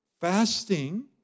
Fasting